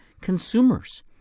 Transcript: consumers